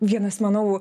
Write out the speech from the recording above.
vienas manau